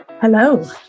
Hello